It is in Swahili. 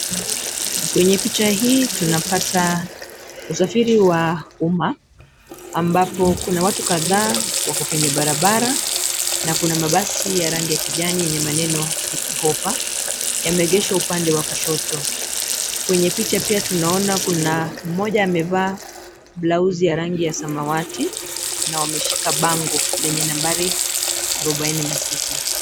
Kwenye picha hii tunapata usafiri wa ambapo kuna watu kadhaa wako kwenye barabara na kuna mabasi ya rangi ya kijani yenye maneno 'city hopper'yameegeshwa upande wa kushoto. Kwenye picha pia tunaona moja amevaa blousi ya rangi ya samawati na wameshika bango lenye nambari arubaini na sita.